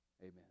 Amen